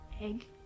egg